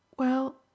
Well